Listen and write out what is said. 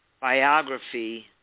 biography